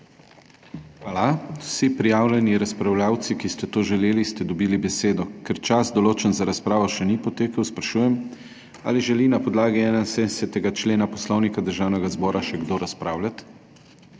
Hvala. Vsi prijavljeni razpravljavci, ki ste to želeli, ste dobili besedo. Ker čas, določen za razpravo, še ni potekel, sprašujem, ali želi na podlagi 71. člena Poslovnika Državnega zbora še kdo razpravljati.